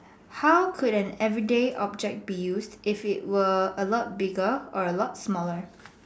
how could an everyday object be used if it was a lot bigger or a lot smaller